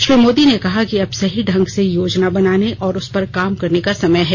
श्री मोदी ने कहा कि अब सही ढंग से योजना बनाने और उस पर काम करने का समय है